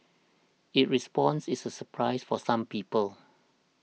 its response is a surprise for some people